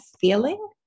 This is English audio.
feeling